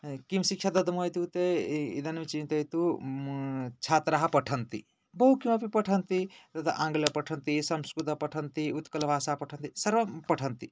किं शिक्षा दद्मः इत्युक्ते इदानीं चिन्तयतु छात्राः पठन्ति बहु किमपि पठन्ति ते तद् आङ्ग्लं पठन्ति संस्कृतं पठन्ति उत्कलभाषां पठन्ति सर्वं पठन्ति